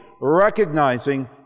recognizing